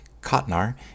Kotnar